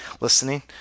listening